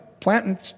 planting